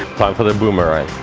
for the boomerang